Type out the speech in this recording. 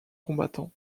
combattants